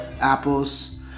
apples